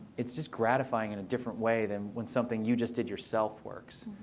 it's just gratifying in a different way than when something you just did yourself works.